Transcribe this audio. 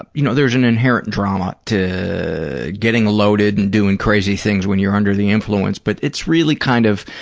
you know, there's an inherent drama to getting loaded and doing crazy things when you're under the influence, but it's really kind of,